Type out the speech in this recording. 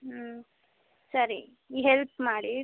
ಹ್ಞೂ ಸರಿ ಈ ಹೆಲ್ಪ್ ಮಾಡಿ